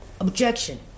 Objection